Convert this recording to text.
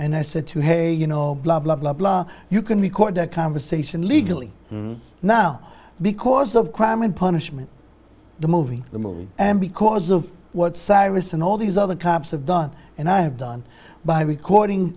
and i said to hey you know blah blah blah blah you can record a conversation legally now because of crime and punishment the movie the movie and because of what cyrus and all these other cops have done and i have done by recording